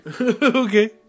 okay